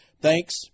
Thanks